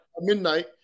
Midnight